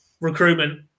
recruitment